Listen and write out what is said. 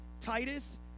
Titus